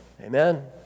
amen